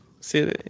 See